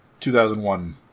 2001